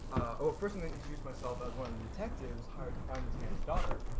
oh personally introduce myself as one of the detectives hired to find this man's daughter,